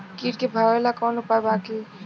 कीट के भगावेला कवनो उपाय बा की?